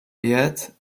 yet